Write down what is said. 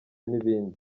n’ibindi